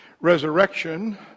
resurrection